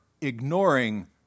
ignoring